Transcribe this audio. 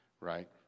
Right